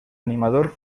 animador